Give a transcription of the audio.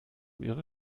ihre